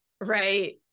right